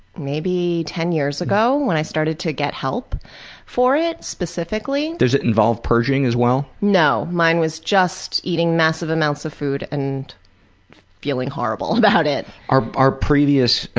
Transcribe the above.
maybe ten years ago when i started to get help for it specifically. does it involve purging as well? no. mine was just eating massive amounts of food and feeling horrible about it. our our previous,